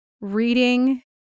reading